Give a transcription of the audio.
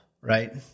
Right